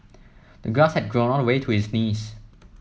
the grass had grown all the way to his knees